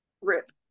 rip